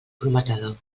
prometedor